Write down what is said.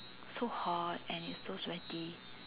so hard and its so sweaty